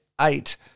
eight